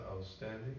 outstanding